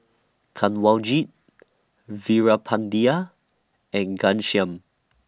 Kanwaljit Veerapandiya and Ghanshyam